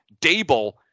Dable